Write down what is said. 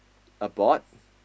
a board